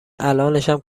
الانشم